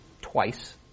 twice